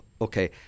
Okay